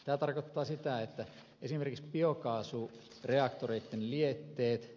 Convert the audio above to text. tämä tarkoittaa sitä että kysymys biokaasun reaktorit lietteet